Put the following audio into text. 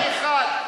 יש מי שקובע, פה אחד.